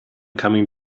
coming